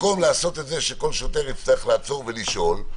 במקום שנעשה שכל שוטר יצטרך לעצור ולשאול,